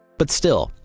but still,